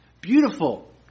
Beautiful